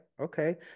okay